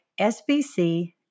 SBC